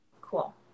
Cool